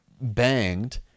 banged